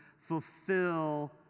Fulfill